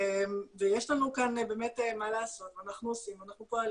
יש לנו כאן מה לעשות ואנחנו עושים, אנחנו פועלים.